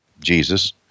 Jesus